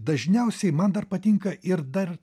dažniausiai man dar patinka ir dar